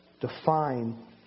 define